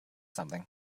something